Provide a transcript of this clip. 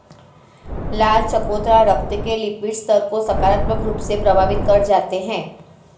लाल चकोतरा रक्त के लिपिड स्तर को सकारात्मक रूप से प्रभावित कर जाते हैं